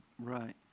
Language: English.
Right